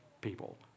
people